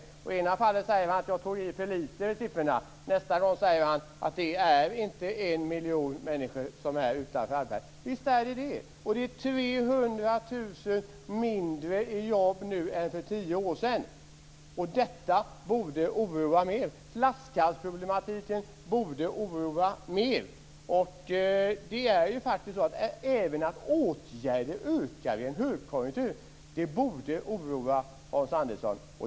I det enda fallet säger han att han tog i för lite när det gäller siffrorna. Nästa gång säger han att det inte är en miljon människor som är utanför arbetsmarknaden. Visst är det det! Det är 300 000 färre i jobb nu än för 10 år sedan. Detta borde oroa mer. Flaskhalsproblematiken borde oroa mer. Även att åtgärderna ökar i en högkonjunktur borde oroa Hans Andersson.